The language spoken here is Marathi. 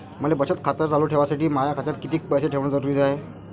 मले बचत खातं चालू ठेवासाठी माया खात्यात कितीक पैसे ठेवण जरुरीच हाय?